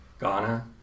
Ghana